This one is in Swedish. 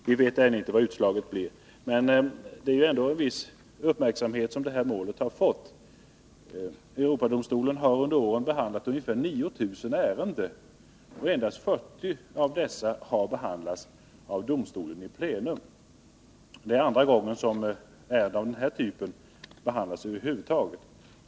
Vi vet ännu inte hur utslaget blir, men detta mål har ändå fått en viss uppmärksamhet. Europadomstolen har under åren behandlat ungefär 9 000 ärenden, men endast 40 av dessa har behandlats av domstolen in pleno. Det är nu andra gången som ärenden av den här typen behandlas där över huvud taget.